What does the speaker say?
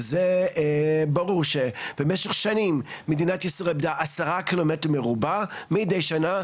וזה ברור שבמשך שנים מדינת ישראל איבדה 10 קילומטר מרובע מידי שנה,